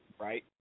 right